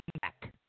back